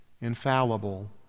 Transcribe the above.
infallible